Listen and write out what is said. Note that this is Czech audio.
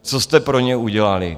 Co jste pro ně udělali?